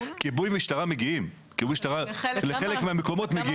כיבוי ומשטרה מגיעים לחלק מהמקומות הם מגיעים.